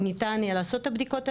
ניתן יהיה לעשות את הבדיקות האלה,